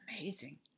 amazing